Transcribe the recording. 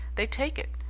they take it.